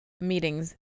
meetings